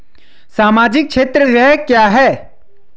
सामाजिक क्षेत्र व्यय क्या है?